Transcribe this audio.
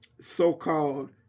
so-called